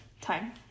time